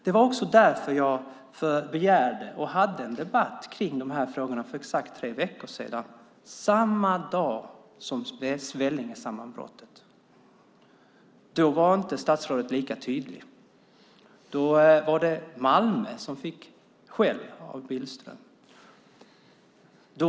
Det var också därför jag begärde och hade en debatt kring de här frågorna för exakt tre veckor sedan, samma dag som Vellingesammanbrottet. Då var inte statsrådet lika tydlig. Då var det Malmö som fick skäll av Billström.